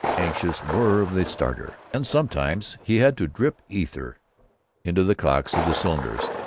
anxious whirr of the starter and sometimes he had to drip ether into the cocks of the cylinders,